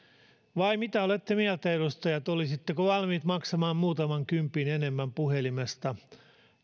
vai mitä olette mieltä edustajat olisitteko valmiit maksamaan muutaman kympin enemmän puhelimesta